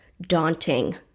daunting